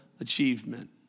achievement